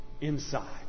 Inside